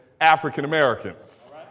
African-Americans